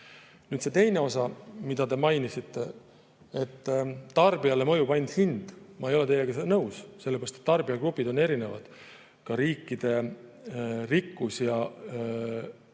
Nüüd see teine osa, mida te mainisite, et tarbijale mõjub ainult hind. Ma ei ole teiega nõus, sellepärast et tarbijagrupid on erinevad. Ka riikide rikkus ja